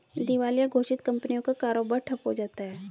दिवालिया घोषित कंपनियों का कारोबार ठप्प हो जाता है